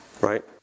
Right